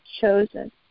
chosen